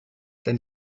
dein